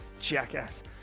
Jackass